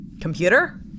Computer